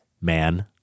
Man